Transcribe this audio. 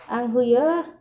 आं होयो